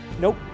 Nope